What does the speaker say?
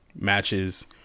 matches